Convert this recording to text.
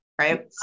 right